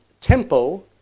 tempo